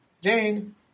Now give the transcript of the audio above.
Jane